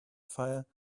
fire